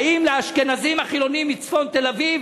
האם לאשכנזים החילונים מצפון תל-אביב